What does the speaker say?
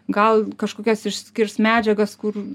gal kažkokias išskirs medžiagas kur